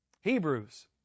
Hebrews